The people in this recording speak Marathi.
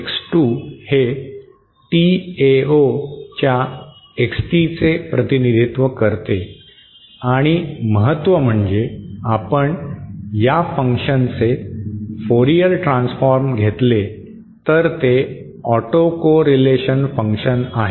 X2 हे Tao च्या XT चे प्रतिनिधित्व करते आणि महत्त्व म्हणजे आपण या फंक्शनचे फुरियर ट्रान्सफॉर्म घेतले तर ते ऑटोकॉरेलेशन फंक्शन आहे